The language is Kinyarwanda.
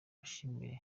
mushimishe